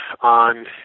on